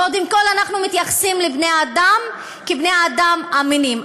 קודם כול אנחנו מתייחסים לבני-אדם כאל בני-אדם אמינים.